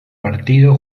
partido